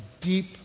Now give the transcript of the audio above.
deep